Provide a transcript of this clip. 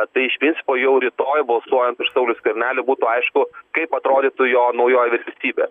tai iš principo jau rytoj balsuojant už saulių skvernelį būtų aišku kaip atrodytų jo naujoji vyriausybė